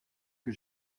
que